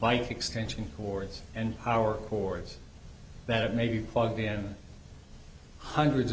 by extension cords and our cores then it may be plugged in hundreds of